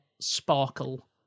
sparkle